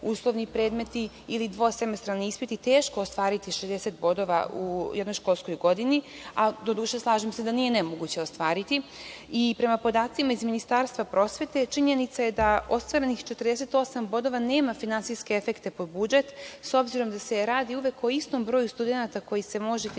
uslovni predmeti ili dvosemestarni ispiti, teško ostvariti 60 bodova u jednoj školskoj godini, ali doduše slažem se da nije nemoguće ostvariti i prema podacima iz Ministarstva prosvete, činjenica je da ostvarenih 48 bodova nema finansijske efekte po budžet, s obzirom da se radi uvek o istom broju studenata koji se može finansirati